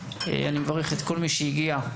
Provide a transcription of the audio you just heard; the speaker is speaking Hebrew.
אני מברך את כל מי שהגיע לכאן